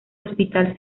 hospital